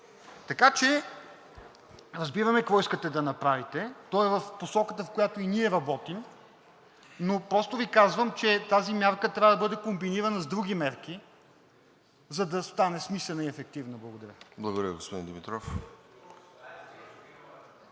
Така че разбираме какво искате да направите, то е в посоката, в която и ние работим, но просто Ви казвам, че тази мярка трябва да бъде комбинирана с други мерки, за да стане смислена и ефективна. Благодаря. ПРЕДСЕДАТЕЛ